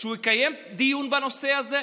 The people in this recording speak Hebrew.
שהוא יקיים דיון בנושא הזה,